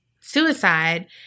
suicide